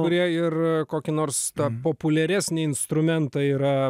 kurie ir kokį nors tą populiaresnį instrumentą yra